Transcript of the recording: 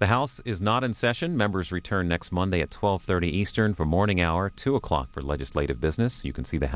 the house is not in session members return next monday at twelve thirty eastern for morning hour two o'clock for legislative business you can see the